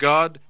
God